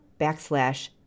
backslash